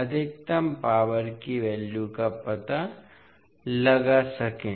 अधिकतम पावर की वैल्यू का पता लगा सकें